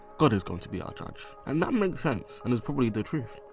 god is going to be our judge. and that makes sense and is probably the truth,